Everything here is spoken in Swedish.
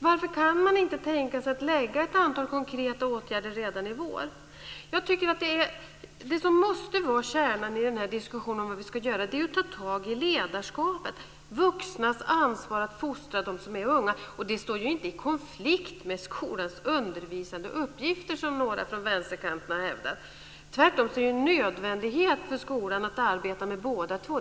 Varför kan man inte tänka sig att lägga fram ett antal konkreta åtgärder redan i vår? Jag tycker att det som måste vara kärnan i diskussionen om vad vi ska göra är att ta tag i ledarskapet - vuxnas ansvar att fostra dem som är unga. Det står inte i konflikt med skolans undervisande uppgifter, som några från vänsterkanten har hävdat. Tvärtom är det en nödvändighet för skolan att arbeta med båda två.